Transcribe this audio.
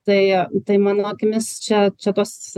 tai tai mano akimis čia čia tos